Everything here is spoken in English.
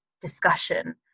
discussion